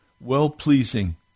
well-pleasing